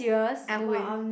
I would